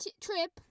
trip